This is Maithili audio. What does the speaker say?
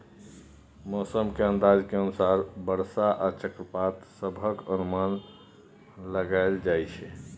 मौसम के अंदाज के अनुसार बरसा आ चक्रवात सभक अनुमान लगाइल जाइ छै